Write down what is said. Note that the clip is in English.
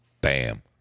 Bam